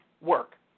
work